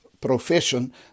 profession